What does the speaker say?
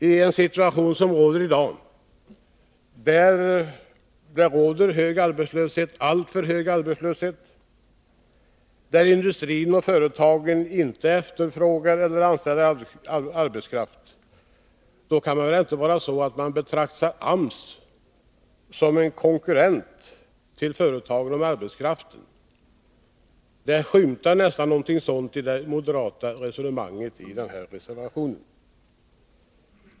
I en situation då vi har en alltför hög arbetslöshet, då industrin och företagen inte efterfrågar eller anställer arbetskraft, kan man väl inte betrakta AMS som en konkurrent till företagen om arbetskraft. Något sådant skymtar i det moderata resonemanget i reservationen.